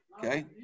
Okay